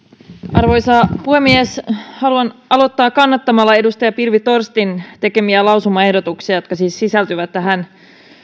arvoisa puhemies haluan aloittaa kannattamalla edustaja pilvi torstin tekemiä lausumaehdotuksia jotka siis sisältyvät tähän